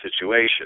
situation